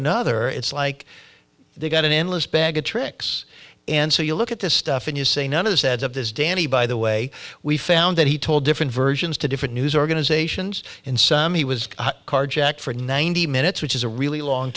another it's like they've got an endless bag of tricks and so you look at this stuff and you say none of the heads of this danny by the way we found that he told different versions to different news organizations and some he was carjacked for ninety minutes which is a really long